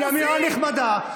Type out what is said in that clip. היא אמירה נחמדה.